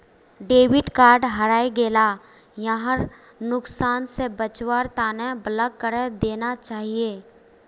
debit card हरई गेला यहार नुकसान स बचवार तना ब्लॉक करे देना चाहिए